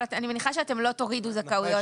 אבל אני מניחה שאתם לא תורידו זכאויות.